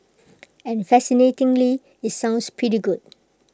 and fascinatingly IT sounds pretty good